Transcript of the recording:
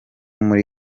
muri